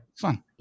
fun